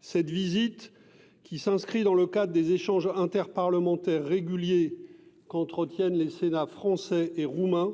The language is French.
Cette visite, qui s'inscrit dans le cadre des échanges interparlementaires réguliers qu'entretiennent les Sénats français et roumain,